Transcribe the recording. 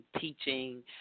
teaching